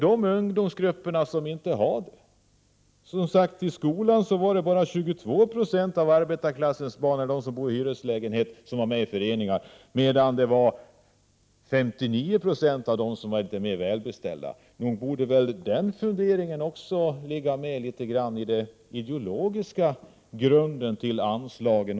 I skolan var det bara 22 26 av arbetarklassens barn eller dem som bor i hyreslägenhet som var med i föreningar, medan det var 59 90 av dem som var litet mer välbeställda. Nog borde väl den funderingen också ligga med i den ideologiska grunden till anslagen?